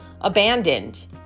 abandoned